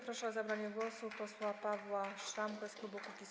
Proszę o zabranie głosu posła Pawła Szramkę z klubu Kukiz’15.